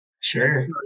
Sure